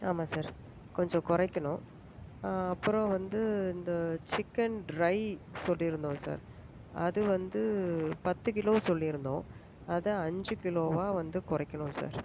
ஆமாம் சார் கொஞ்சம் குறைக்கணும் அப்புறம் வந்து இந்த சிக்கன் ட்ரை சொல்லிருந்தோம் சார் அது வந்து பத்து கிலோ சொல்லிருந்தோம் அதை அஞ்சு கிலோவாக வந்து குறைக்கணும் சார்